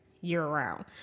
year-round